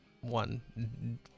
one